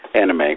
anime